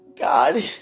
God